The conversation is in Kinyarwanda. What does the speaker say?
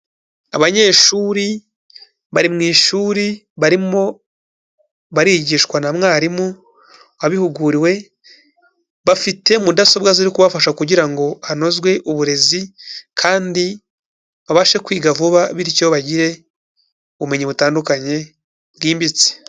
Abanyeshuri bari mu ishuri barimo barigishwa na mwarimu wabihuguriwe, bafite mudasobwa ziri kubafasha kugira ngo hanozwe uburezi kandi babashe kwiga vuba bityo bagire ubumenyi butandukanye bwimbitse.